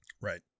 Right